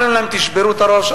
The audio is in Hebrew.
אומרים להם: תשברו את הראש.